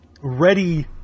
ready